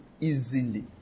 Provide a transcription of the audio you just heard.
easily